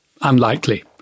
Unlikely